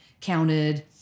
counted